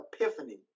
epiphany